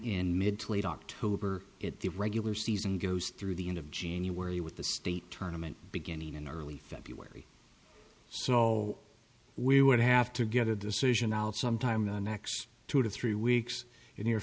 in mid to late october at the regular season goes through the end of january with the state tournaments beginning in early february so we would have to get a decision out sometime the next two to three weeks in your